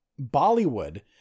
Bollywood